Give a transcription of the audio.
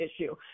issue